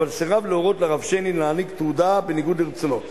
אבל סירב להורות לרב שיינין להעניק תעודה בניגוד לרצונו.